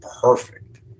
perfect